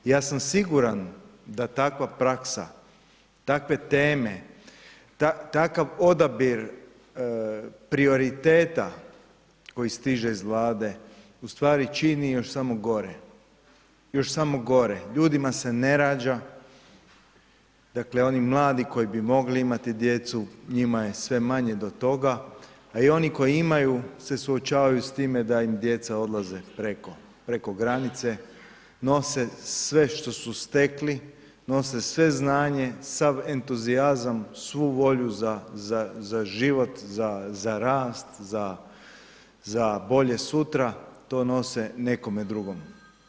Ja sam siguran da takva praksa, takve teme, takav odabir prioriteta koji stiže iz Vlade u stvari čini još samo gore, još samo gore, ljudima se ne rađa, dakle oni mladi koji bi mogli imati djecu njima je sve manje do toga, a i oni koji imaju se suočavaju s time da im djeca odlaze preko, preko granice, nose sve što su stekli, nose sve znanje, sav entuzijazam, svu volju za život, za rast, za bolje sutra, to nose nekome drugome.